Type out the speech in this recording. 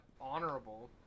honorable